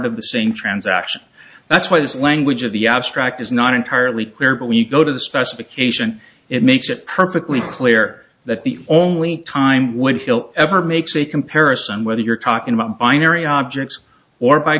of the same transaction that's why this language of the abstract is not entirely clear but when you go to the specification it makes it perfectly clear that the only time when hill ever makes a comparison whether you're talking about binary objects or b